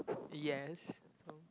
yes